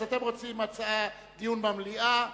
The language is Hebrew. אתם רוצים דיון במליאה,